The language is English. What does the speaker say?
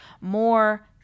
More